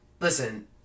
Listen